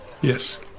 Yes